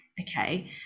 okay